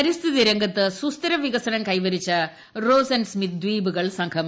പരിസ്ഥിതി രംഗത്ത് സുസ്ഥിര വികസനം കൈവരിച്ച റോസ് ആന്റ് സ്മിത്ത് ദ്വീപുകൾ സംഘം സന്ദർശിച്ചു